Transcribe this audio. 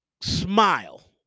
Smile